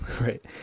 right